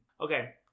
okay